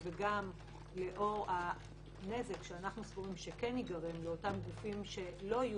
וגם בשל הנזק שאנחנו סבורים שייגרם לאותם גופים שלא יהיו